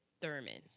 Thurman